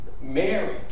Mary